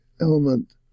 element